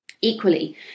Equally